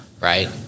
right